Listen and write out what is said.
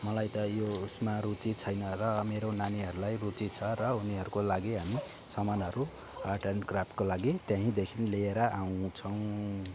मलाई त यो यसमा रुचि छैन र मेरो नानीहरूलाई रुचि छ र उनीहरूको लागि हामी सामानहरू आर्ट एन्ड क्राफ्टको लागि त्यहीँदेखि लिएर आउँछौँ